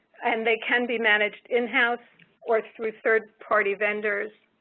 and they can be managed in-house or through third-party vendors.